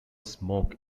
smoke